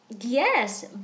Yes